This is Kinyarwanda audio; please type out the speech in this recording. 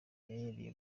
yegereye